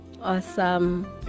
awesome